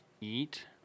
eat